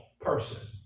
person